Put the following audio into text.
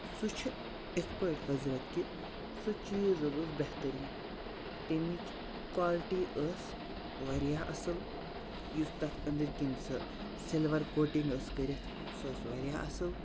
سُہ چھِ اِتھ پٲٹھۍ حضرت کہِ سُہ چیٖز حظ اوس بہتریٖن تمِچ کالٹی ٲس واریاہ اَصٕل یُس تَتھ أندٕرۍ کِنۍ سۄ سِلوَر کوٹِنٛگ ٲس کٔرِتھ سۄ ٲس واریاہ اَصٕل